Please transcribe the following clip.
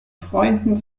freunden